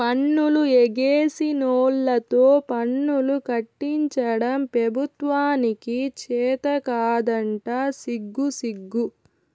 పన్నులు ఎగేసినోల్లతో పన్నులు కట్టించడం పెబుత్వానికి చేతకాదంట సిగ్గుసిగ్గు